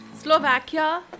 Slovakia